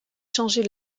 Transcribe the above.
changer